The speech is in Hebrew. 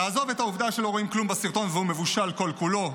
נעזוב את העובדה שלא רואים כלום בסרטון והוא מבושל כל-כולו,